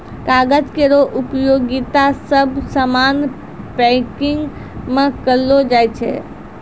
कागज केरो उपयोगिता सब सामान पैकिंग म करलो जाय छै